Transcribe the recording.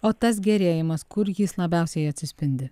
o tas gerėjimas kur jis labiausiai atsispindi